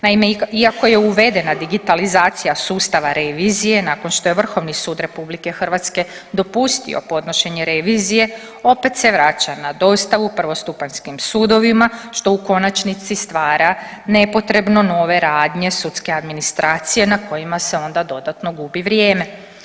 Naime, iako je uvedena digitalizacija sustava revizije nakon što je Vrhovni sud RH dopustio podnošenje revizije opet se vraća na dostavu prvostupanjskim sudovima što u konačnici stvara nepotrebno nove radnje sudske administracije na kojima se onda dodatno gubi vrijeme.